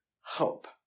hope